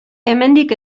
hemendik